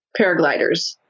paragliders